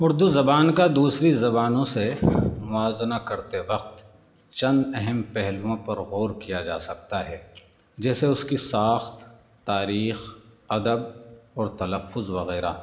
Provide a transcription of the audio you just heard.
اردو زبان کا دوسری زبانوں سے موازنہ کرتے وقت چند اہم پہلوؤں پر غور کیا جا سکتا ہے جیسے اس کی ساخت تاریخ ادب اور تلفظ وغیرہ